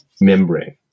membrane